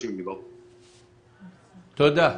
--- תודה,